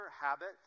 habit